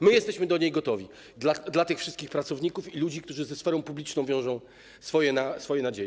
My jesteśmy do niej gotowi dla tych wszystkich pracowników i ludzi, którzy ze sferą publiczną wiążą swoje nadzieje.